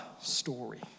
story